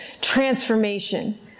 transformation